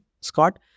Scott